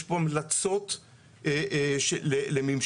יש פה המלצות לממשק,